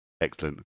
Excellent